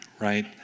right